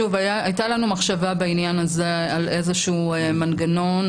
הייתה לנו מחשבה בעניין הזה על איזשהו מנגנון.